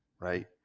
right